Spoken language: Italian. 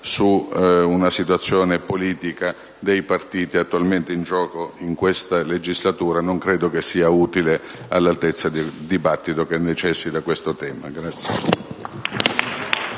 sulla situazione politica dei partiti attualmente in gioco in questa legislatura. Non credo che sia utile e all'altezza del dibattito che necessita questo tema.